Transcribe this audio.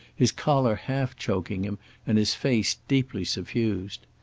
his collar half choking him and his face deeply suffused.